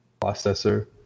processor